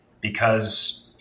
because-